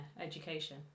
education